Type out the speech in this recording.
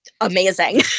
amazing